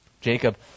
Jacob